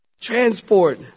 transport